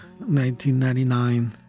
1999